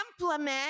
implement